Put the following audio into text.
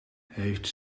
heeft